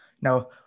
now